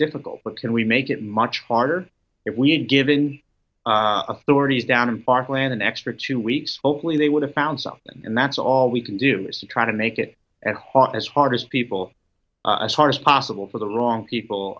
difficult but can we make it much harder if we had given authority down in fargo an extra two weeks hopefully they would have found something and that's all we can do is to try to make it as hard as hard as people as hard as possible for the wrong people